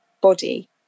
body